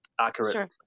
accurate